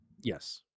Yes